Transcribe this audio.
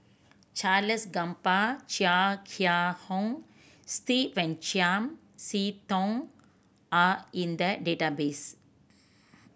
Charles Gamba Chia Kiah Hong Steve and Chiam See Tong are in the database